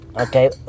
Okay